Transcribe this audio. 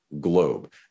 globe